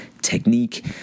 technique